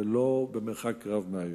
ולא במרחק רב מהיום.